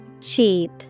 Cheap